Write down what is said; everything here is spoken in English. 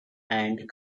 and